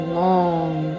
long